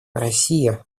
россия